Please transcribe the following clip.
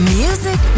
music